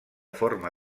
forma